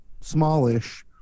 smallish